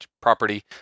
property